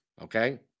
okay